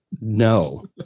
No